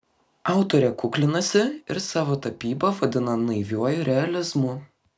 autorė kuklinasi ir savo tapybą vadina naiviuoju realizmu